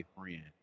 friend